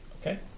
Okay